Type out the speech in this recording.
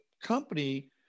company